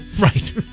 right